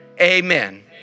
Amen